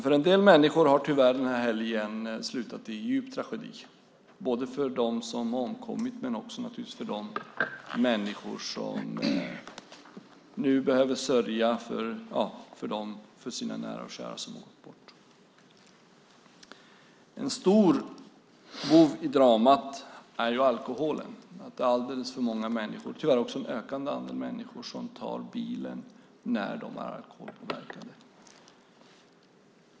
För en del människor har tyvärr den här helgen slutat i djup tragedi - både för dem som har omkommit och för dem som nu sörjer nära och kära. En stor bov i dramat är alkoholen. Alldeles för många människor - tyvärr en ökande andel - tar bilen när de är alkoholpåverkade.